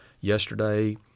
yesterday